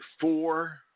four